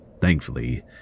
thankfully